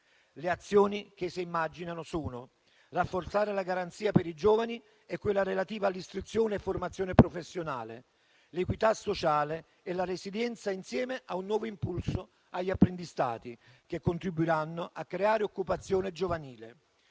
le azioni che si immaginano sono: rafforzare la garanzia per i giovani e quella relativa all'istruzione e formazione professionale per la competitività sostenibile, l'equità sociale e la resilienza insieme a un nuovo impulso agli apprendistati e che contribuiranno a creare occupazione giovanile.